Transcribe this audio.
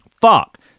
Fuck